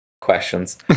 questions